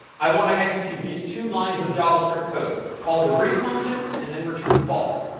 i want to execute these two lines of javascript code called the greet function and then return false.